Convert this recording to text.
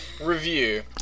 review